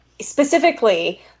specifically